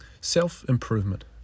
Self-improvement